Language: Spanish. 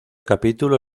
capítulo